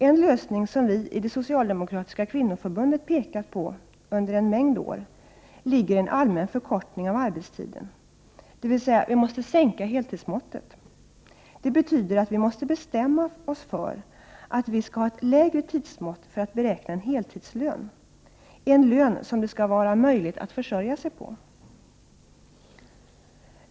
En lösning som vi i det socialdemokratiska kvinnoförbundet pekat på under en mängd år ligger i en allmän förkortning av arbetstiden, dvs. vi måste minska heltidsmåttet. Det betyder att vi måste bestämma oss för att vi skall ha ett lägre tidsmått för att beräkna en heltidslön, en lön som det skall vara möjligt att försörja sig på.